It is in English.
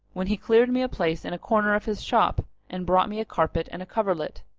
when he cleared me a place in a corner of his shop and brought me a carpet and a coverlet.